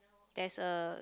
there's a